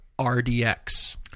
RDX